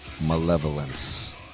malevolence